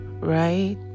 Right